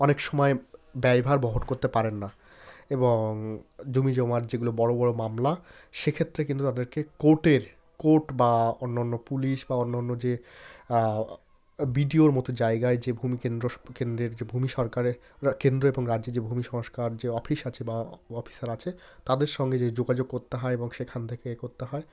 অনেক সময় ব্যয়ভার বহন করতে পারেন না এবং জমিজমার যেগুলো বড় বড় মামলা সেক্ষেত্রে কিন্তু তাদেরকে কোর্টের কোর্ট বা অন্য অন্য পুলিশ বা অন্য অন্য যে বি ডি ওর মতো জায়গায় যে ভূমিকেন্দ্র কেন্দ্রের যে ভূমি সরকারের কেন্দ্র এবং রাজ্যের যে ভূমি সংস্কার যে অফিস আছে বা অফিসার আছে তাদের সঙ্গে যেয়ে যোগাযোগ করতে হয় এবং সেখান থেকে এ করতে হয়